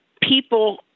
people